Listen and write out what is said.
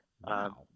Wow